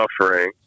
suffering